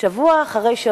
7,000